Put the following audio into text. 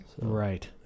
Right